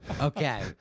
Okay